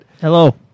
Hello